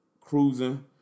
cruising